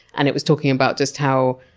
and it was talking about just how